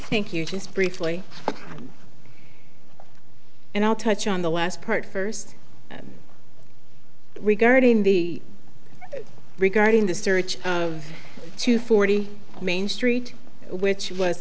thank you just briefly and i'll touch on the last part first regarding the regarding the search of two forty main street which was